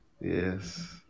Yes